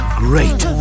great